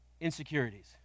insecurities